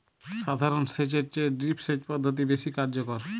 সাধারণ সেচ এর চেয়ে ড্রিপ সেচ পদ্ধতি বেশি কার্যকর